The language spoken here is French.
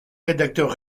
rédacteur